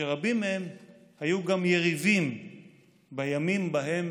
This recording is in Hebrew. שרבים מהם היו גם יריבים בימים שבהם